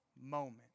moment